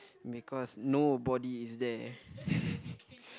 because nobody is there